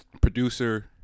Producer